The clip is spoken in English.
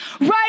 right